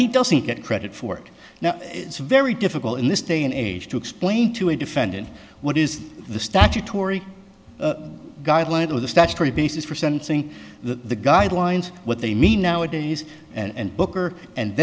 he doesn't get credit for it now it's very difficult in this day and age to explain to a defendant what is the statutory guideline of the statutory basis for sentencing the guidelines what they mean nowadays and booker and